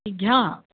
ती घ्या